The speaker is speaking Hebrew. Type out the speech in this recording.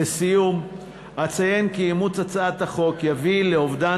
לסיום אציין כי אימוץ הצעת החוק יביא לאובדן